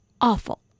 awful